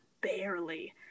barely